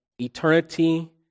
eternity